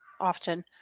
often